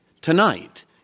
tonight